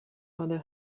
other